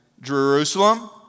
Jerusalem